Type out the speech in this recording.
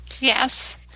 Yes